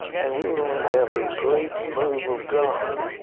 and we were going to have a great move of god.